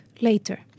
later